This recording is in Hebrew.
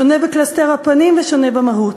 שונה בקלסתר הפנים ושונה במהות.